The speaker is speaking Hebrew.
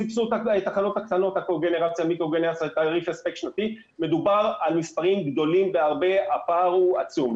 סבסוד התחנות הקטנות מדובר על מספרים גדולים בהרבה והפער הוא עצום.